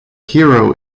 hero